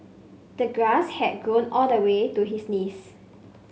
the grass had grown all the way to his knees